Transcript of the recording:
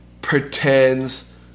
pretends